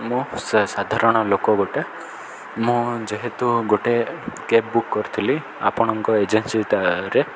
ମୁଁ ସାଧାରଣ ଲୋକ ଗୋଟେ ମୁଁ ଯେହେତୁ ଗୋଟେ କ୍ୟାବ୍ ବୁକ୍ କରିଥିଲି ଆପଣଙ୍କ ଏଜେନ୍ସି ତାରେ